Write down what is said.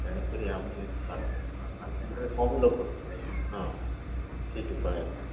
ତେଣୁକରି ଆମେ ବାଲ୍କୋନି ବାଲ୍କୋନିରେ ସବୁ ଲୋକ ଥିବେ ହଁ ସେଇଠି ପଳାଇବା